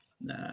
Nah